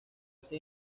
sin